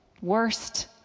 Worst